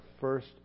first